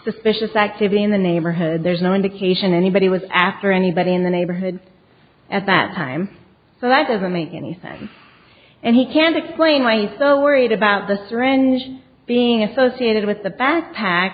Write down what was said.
suspicious activity in the neighborhood there's no indication anybody was after anybody in the neighborhood at that time so that doesn't mean anything and he can't explain why he's so worried about the syringe being associated with the backpack